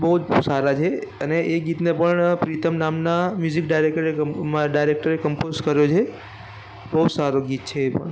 બહુ જ સારા છે અને એ ગીતને પણ પ્રીતમ નામના મ્યુઝિક ડાયરેક્ટરે મા ડાયરેક્ટરે કંપોઝ કર્યું છે બહુ સારું ગીત છે એ પણ